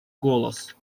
голос